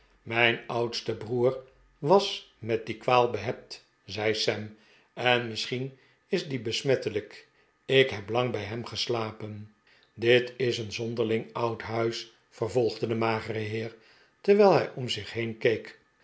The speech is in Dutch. mijn oudste broer was met die kwaal behept zei sam en misschien is die besmettelijk ik heb lang bij hem geslapen dit is een zonderling oud huis vervolgde de magere heer terwijl hij om zich heen keek